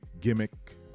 gimmick